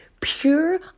pure